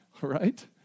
right